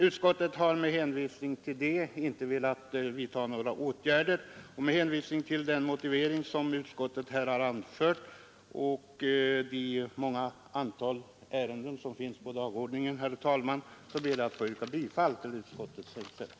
Utskottet har på grund härav inte velat vidta några åtgärder, och med hänvisning till den motivering som utskottet anfört och det stora antalet ärenden på dagordningen, herr talman, ber jag att få yrka bifall till utskottets hemställan.